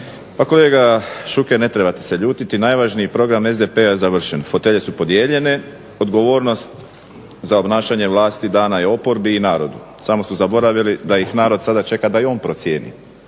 Pa kolega Šuker ne trebate se ljutiti, najvažniji program SDP-a je završen, fotelje su podijeljene, odgovornost za obnašanje vlasti dana je oporbi i narodu. Samo su zaboravili da ih narod sada čeka da i on procijeni.